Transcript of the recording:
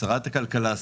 שרת הכלכלה,